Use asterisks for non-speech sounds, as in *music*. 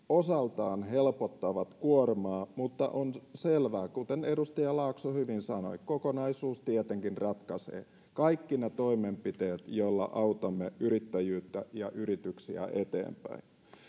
*unintelligible* osaltaan helpottavat kuormaa mutta on selvää kuten edustaja laakso hyvin sanoi että kokonaisuus tietenkin ratkaisee kaikki ne toimenpiteet joilla autamme yrittäjyyttä ja yrityksiä eteenpäin